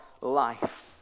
life